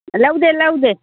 ꯂꯧꯗꯦ ꯂꯧꯗꯦ